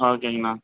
ஓகேங்க அண்ணா